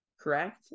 correct